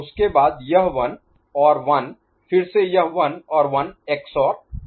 उसके बाद यह 1 और 1 फिर से यह 1 और 1 XOR यह 0 है